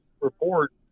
report